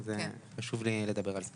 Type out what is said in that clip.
אז את יכולה לתת אותם בבקשה לוועדה?